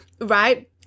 Right